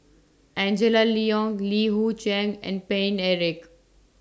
Angela Liong Li Hui Cheng and Paine Eric